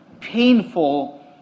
painful